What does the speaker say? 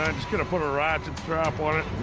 um just gonna put a ratchet strap on it